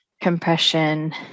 compression